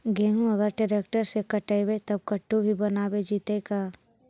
गेहूं अगर ट्रैक्टर से कटबइबै तब कटु भी बनाबे जितै का?